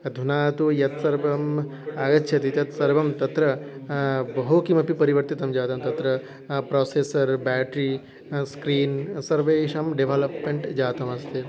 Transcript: अधुना तु यत् सर्वम् आगच्छति तत् सर्वं तत्र बहु किमपि परिवर्तितं जातं तत्र प्रोसेस्सर् ब्याट्री स्क्रीन् सर्वेषां डेवेलप्मेण्ट् जातम् अस्ति